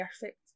perfect